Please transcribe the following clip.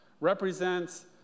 represents